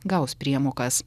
gaus priemokas